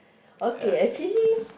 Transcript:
okay actually